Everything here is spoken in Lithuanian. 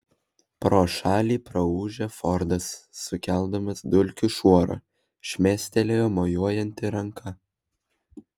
pro šalį praūžė fordas sukeldamas dulkių šuorą šmėstelėjo mojuojanti ranka